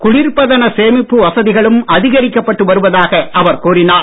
குளிர்பதன சேமிப்பு வசதிகளும் அதிகரிக்கப் பட்டு வருவதாக அவர் கூறினார்